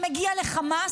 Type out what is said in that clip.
שמגיע לחמאס,